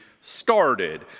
started